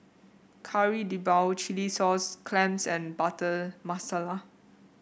Kari Debal Chilli Sauce Clams and Butter Masala